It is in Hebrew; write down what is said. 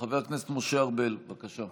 חבר הכנסת משה ארבל, בבקשה.